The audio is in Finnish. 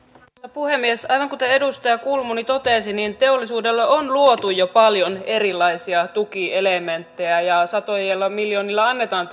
puhemies aivan kuten edustaja kulmuni totesi teollisuudelle on luotu jo paljon erilaisia tukielementtejä ja sadoilla miljoonilla annetaan